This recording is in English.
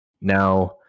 Now